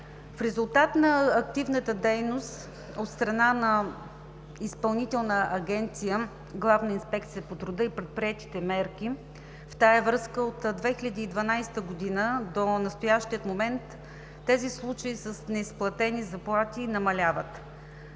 В резултат на активната дейност от страна на Изпълнителна агенция „Главна инспекция по труда“ и предприетите мерки в тази връзка, от 2012 г. до настоящия момент тези случаи с неизплатени заплати намаляват.